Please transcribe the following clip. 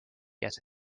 yet